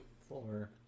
Four